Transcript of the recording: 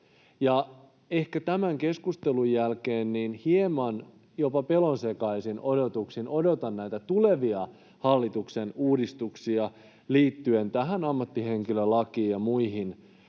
Tämän keskustelun jälkeen ehkä hieman jopa pelonsekaisin odotuksin odotan näitä tulevia hallituksen uudistuksia liittyen tähän ammattihenkilölakiin ja muihin